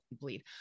bleed